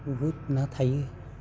बुहुथ ना थायो